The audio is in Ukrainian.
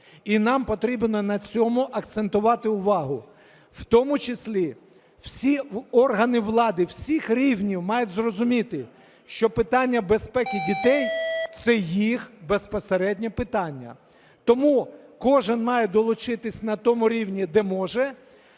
і нам потрібно на цьому акцентувати увагу. В тому числі всі органи влади всіх рівнів мають зрозуміти, що питання безпеки дітей – це їх безпосередньо питання, тому кожен має долучитись на тому рівні, де може.